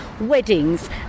weddings